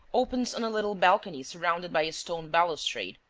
opens on a little balcony surrounded by a stone balustrade.